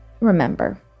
remember